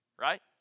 right